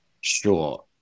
Sure